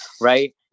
right